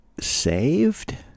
saved